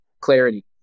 clarity